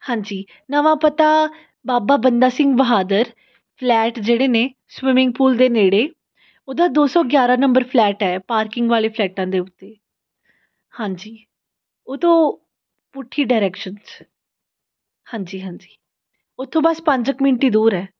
ਹਾਂਜੀ ਨਵਾਂ ਪਤਾ ਬਾਬਾ ਬੰਦਾ ਸਿੰਘ ਬਹਾਦਰ ਫਲੈਟ ਜਿਹੜੇ ਨੇ ਸਵਿਮਿੰਗ ਪੂਲ ਦੇ ਨੇੜੇ ਉਹਦਾ ਦੋ ਸੌ ਗਿਆਰਾਂ ਨੰਬਰ ਫਲੈਟ ਹੈ ਪਾਰਕਿੰਗ ਵਾਲੇ ਫਲੈਟਾਂ ਦੇ ਉੱਤੇ ਹਾਂਜੀ ਉਹਤੋ ਪੁੱਠੀ ਡਾਇਰੈਕਸ਼ਨ 'ਚ ਹਾਂਜੀ ਹਾਂਜੀ ਉੱਥੋਂ ਬਸ ਪੰਜ ਕੁ ਮਿੰਟ ਹੀ ਦੂਰ ਹੈ